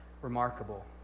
Remarkable